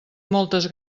moltes